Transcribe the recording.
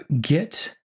get